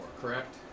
correct